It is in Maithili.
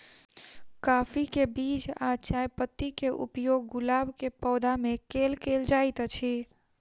काफी केँ बीज आ चायपत्ती केँ उपयोग गुलाब केँ पौधा मे केल केल जाइत अछि?